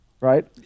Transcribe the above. Right